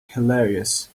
hilarious